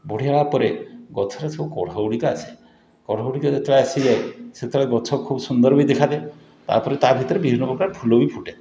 ବଢ଼ିଗଲା ପରେ ଗଛରେ ସବୁ କଢ଼ଗୁଡ଼ିକ ଆସେ କଢ଼ଗୁଡ଼ିକ ଯେତେବେଳେ ଆସିଯାଏ ସେତେବେଳେ ଗଛ ଖୁବ୍ ସୁନ୍ଦର ବି ଦେଖାଯାଏ ତା'ପରେ ତା' ଭିତରେ ବିଭିନ୍ନପ୍ରକାର ଫୁଲ ବି ଫୁଟେ